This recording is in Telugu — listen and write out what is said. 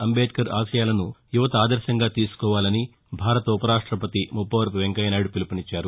అంబేద్కర్ ఆశయాలను యువత ఆదర్భంగా తీసుకోవాలని భారత ఉపరాష్టపతి ముప్పవరపు వెంకయ్యనాయుడు పిలుపునిచ్చారు